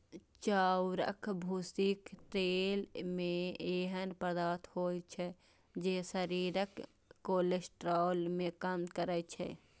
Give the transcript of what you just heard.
चाउरक भूसीक तेल मे एहन पदार्थ होइ छै, जे शरीरक कोलेस्ट्रॉल कें कम करै छै